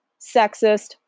sexist